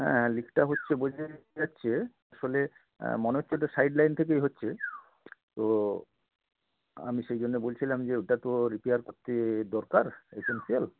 হ্যাঁ লিকটা হচ্ছে বোঝা যাচ্ছে আসলে মনে হচ্ছে ওটা সাইড লাইন থেকেই হচ্ছে তো আমি সেই জন্যে বলছিলাম যে ওটা তো রিপেয়ার করতে দরকার একজন কেউ